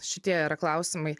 šitie yra klausimai